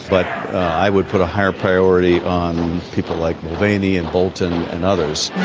but i would put a higher priority on people like mulvany and bolton and others